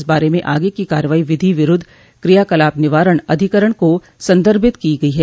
इस बारे में आगे की कार्यवाही विधि विरूद्ध क्रियाकलाप निवारण अधिकरण को सन्दर्भित की गयी है